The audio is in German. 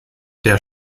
der